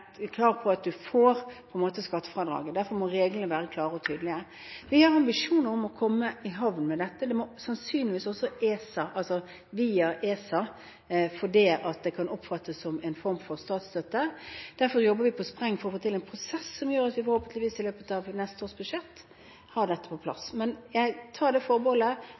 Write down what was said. er ganske mye avgrensningsproblematikk i spørsmålene der. Dette skal i utgangspunktet være et rettighetsbasert system. Det betyr at man skal kunne være klar over, når man gjør investeringen, at man får skattefradraget. Derfor må reglene være klare og tydelige. Vi har ambisjoner om å komme i havn med dette. Det må sannsynligvis også gå via ESA, fordi det kan oppfattes som en form for statsstøtte. Derfor jobber vi på spreng for å få til en prosess som gjør at vi forhåpentligvis i løpet av neste års